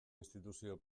instituzio